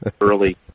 early